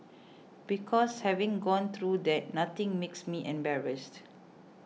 because having gone through that nothing makes me embarrassed